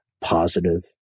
positive